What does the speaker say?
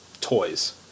toys